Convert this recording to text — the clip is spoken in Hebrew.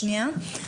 שנייה.